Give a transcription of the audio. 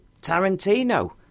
Tarantino